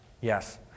yes